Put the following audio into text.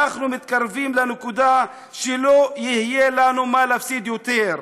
אנחנו מתקרבים לנקודה שלא יהיה לנו מה להפסיד יותר.